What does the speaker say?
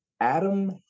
Adam